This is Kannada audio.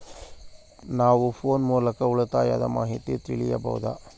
ನಾವು ಫೋನ್ ಮೂಲಕ ಉಳಿತಾಯದ ಮಾಹಿತಿ ತಿಳಿಯಬಹುದಾ?